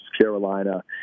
Carolina